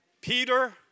Peter